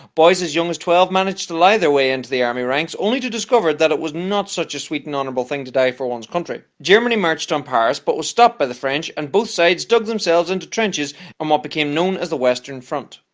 boys as young as twelve managed to lie their way into the army ranks only to discover that it was not such a sweet and honourable thing to die for one's country! germany marched on paris but was stopped by the french and both sides dug themselves into trenches in um what became known as the western front.